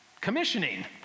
commissioning